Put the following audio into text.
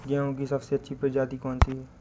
गेहूँ की सबसे अच्छी प्रजाति कौन सी है?